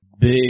big